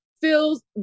feels